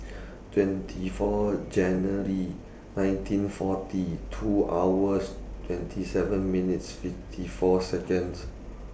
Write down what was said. twenty four January nineteen forty two hours twenty seven minutes fifty four Seconds